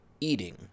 eating